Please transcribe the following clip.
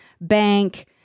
bank